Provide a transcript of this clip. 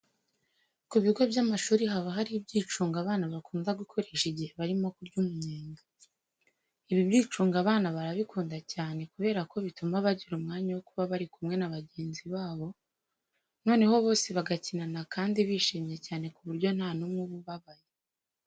Ku bigo by'amashuri haba hari ibyicungo abana bakunda gukoresha igihe barimo kurya umunyenga. Ibi byicungo abana barabikunda cyane kubera ko bituma bagira umwanya wo kuba bari kumwe na bagenzi babo, noneho bose bagakinana kandi bishimye cyane ku buryo nta n'umwe uba ubabaye.